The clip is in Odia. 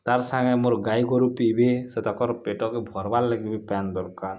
ତା'ର୍ ସାଙ୍ଗେ ମୋର୍ ଗାଈ ଗୋରୁ ପିଇବେ ସେ ତାକର୍ ପେଟକେ ଭରବାର୍ ଲାଗି ବି ପ୍ୟାନ୍ ଦରକାର୍